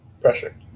pressure